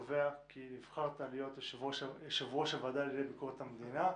אני קובע כי נבחרת להיות יושב-ראש הוועדה לענייני ביקורת המדינה.